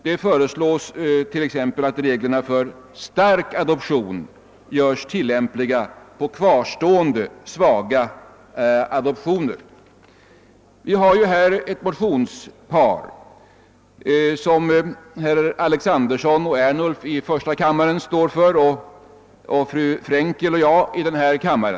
Man föreslår t.ex. att reglerna för stark adoption görs tilllämpliga på kvarstående svaga adoptioner. Utskottet har i detta sammanhang haft att behandla ett motionspar som väckts av herrar Alexanderson och Ernulf i första kammaren och fru Frenkel och mig i denna kammare.